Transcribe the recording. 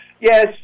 Yes